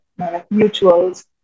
mutuals